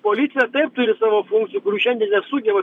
policija taip turi savo funkcijų kurių šiandien nesugeba